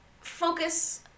focus